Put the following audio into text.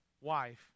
wife